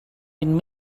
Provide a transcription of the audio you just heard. been